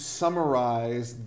summarize